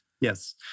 Yes